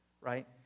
right